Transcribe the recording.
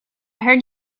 heard